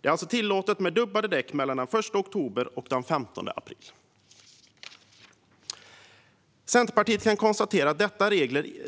Det är alltså tillåtet med dubbdäck mellan den 1 oktober och den 15 april. Centerpartiet kan konstatera att